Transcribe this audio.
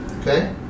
Okay